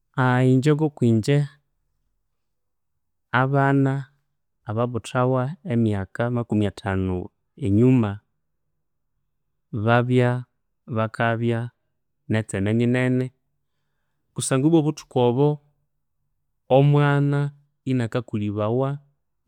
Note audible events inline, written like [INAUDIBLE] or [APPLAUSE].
[HESITATION] Inje ngokwinje, abana ababuthawa emyaka makumi athanu enyuma, babyabakabya netseme nyinene, kusangwa ibwa ibo obuthuku obo, omwana inakakulibawa